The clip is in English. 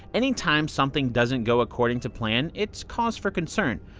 anytime something doesn't go according to plan it's cause for concern.